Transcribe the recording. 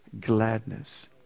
gladness